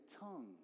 tongue